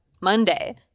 Monday